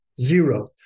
zero